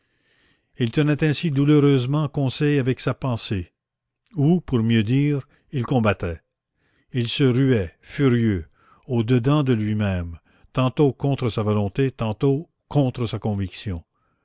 il tenait ainsi douloureusement conseil avec sa pensée ou pour mieux dire il combattait il se ruait furieux au dedans de lui-même tantôt contre sa volonté tantôt contre sa conviction